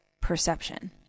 perception